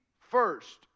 first